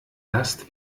last